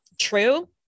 true